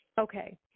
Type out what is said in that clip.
okay